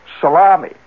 salami